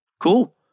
Cool